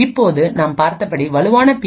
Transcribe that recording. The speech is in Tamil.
இப்போது நாம் பார்த்தபடி வலுவான பி